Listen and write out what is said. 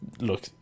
Look